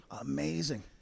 Amazing